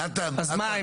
אז מה,